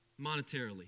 monetarily